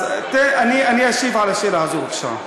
אז אני אשיב על השאלה הזאת, בבקשה.